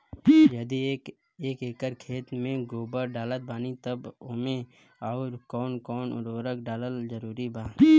यदि एक एकर खेत मे गोबर डालत बानी तब ओमे आउर् कौन कौन उर्वरक डालल जरूरी बा?